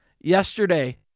yesterday